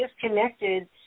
disconnected